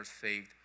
saved